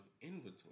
inventory